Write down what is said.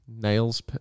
nails